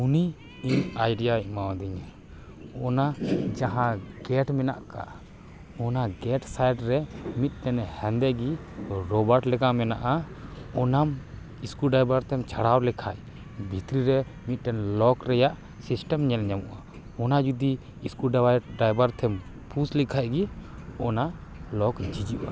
ᱩᱱᱤ ᱤᱧ ᱟᱰᱤᱭᱟᱭ ᱮᱢᱟ ᱟᱫᱤᱧᱟ ᱚᱱᱟ ᱡᱟᱦᱟᱸ ᱜᱮᱴ ᱢᱮᱱᱟᱜ ᱟᱠᱟᱫ ᱚᱱᱟ ᱜᱮᱴ ᱥᱟᱭᱤᱴ ᱨᱮ ᱢᱤᱫᱴᱮᱱᱮ ᱦᱮᱸᱫᱮ ᱜᱮ ᱨᱚᱵᱟᱴ ᱞᱮᱠᱟ ᱢᱮᱱᱟᱜᱼᱟ ᱚᱱᱟᱢ ᱤᱥᱠᱩᱰᱟᱭᱵᱟᱨ ᱛᱮᱢ ᱪᱷᱟᱲᱟᱣ ᱞᱮᱠᱷᱟᱡ ᱵᱷᱤᱛᱨᱤ ᱨᱮ ᱢᱤᱫᱴᱮᱱ ᱞᱚᱠ ᱨᱮᱭᱟᱜ ᱥᱤᱥᱴᱮᱢ ᱧᱮᱞ ᱧᱟᱢᱚᱜᱼᱟ ᱚᱱᱟ ᱡᱩᱫᱤ ᱤᱥᱠᱩᱰᱟᱭᱵᱟᱨ ᱛᱮᱢ ᱯᱩᱥ ᱞᱮᱠᱷᱟᱡ ᱜᱮ ᱚᱱᱟ ᱞᱚᱠ ᱡᱷᱤᱡᱚᱜᱼᱟ